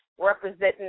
representing